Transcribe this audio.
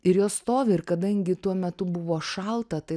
ir jos stovi ir kadangi tuo metu buvo šalta tai